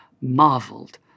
marveled